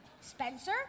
Spencer